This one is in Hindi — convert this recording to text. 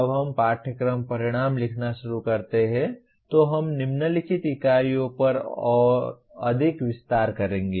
जब हम पाठ्यक्रम परिणाम लिखना शुरू करते हैं तो हम निम्नलिखित इकाइयों पर और अधिक विस्तार करेंगे